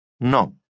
No